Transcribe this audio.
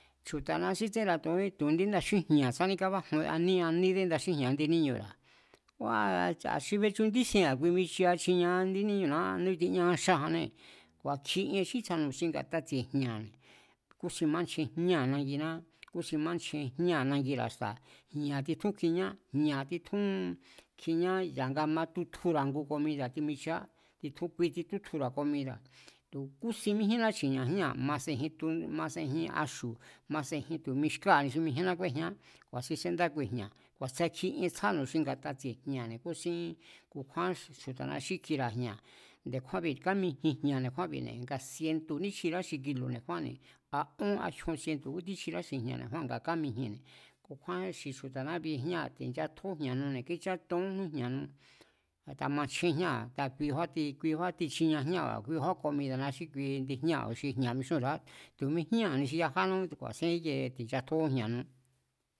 Chju̱ta̱na xí tsénra̱ to̱njín tu̱ indí nda xíjña̱ tsjádé kábájun aní aníde nda xíjña̱ indi níñu̱ra̱, kua̱ a̱ xi fechu nchísien a̱kui bichi chiniea níñu̱ná ña tiñáa xá janée̱ ku̱a̱kji ien xí tsjanu̱ xi tsi̱e̱ jña̱ne̱. Kusin máchjen jñáa̱ nanginá, kúsin máchjen jñáa̱ xi nangira̱ xta̱, jña̱ titjún kjiñá, jña̱ titjún kjiñá ya̱nga matutjura̱ ngu komida̱ ya̱ timichia, kui tsítútjura̱ komida̱, tu̱ kúsin míjíénná chi̱ni̱e̱a jñáa̱ ma sejin tunts, ma sejin axu̱ ma sejin tu̱ mi xkáa̱ni mijíénná kúejián, ku̱a̱sin séndá kui jña̱. Ku̱a̱sakji ien tsjánu̱ xi nga̱ta tsi̱e̱ jña̱ kúsín, ku kjúán chju̱ta̱na xí kjira̱ jña̱, nde̱kjúánbi̱ kámijin jña̱ nde̱kjúánbi̱ne̱ nga sientu̱ní chjirá xi kilu̱ nde̱kjúánne̱, a ón a jyon sientu̱ kútjín chjirá xi jña̱ nde̱kjúánbi̱ nga kámijinne̱, kukjúán xi chju̱ta̱na xí bie jñáa̱ ti̱nchatjó jña̱nune̱ kí chátoónjún jna̱nu a̱ta machjen jnáa̱, kui kjúan tichiniea jñáa̱ba̱ kuikjúán komida̱na xí kui indi jñáa̱ba̱ xi jña̱ mixúnra̱á tu̱ mi jñáa̱ni xi yajána ku̱a̱sin íkie ti̱nchatjójún jña̱nu.